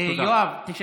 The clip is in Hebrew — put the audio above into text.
תודה רבה.